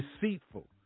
deceitful